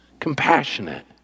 compassionate